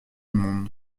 monde